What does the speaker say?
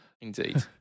Indeed